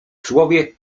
słowie